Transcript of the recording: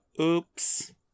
oops